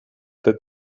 that